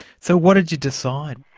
so what did you decide?